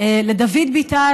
לדוד ביטן,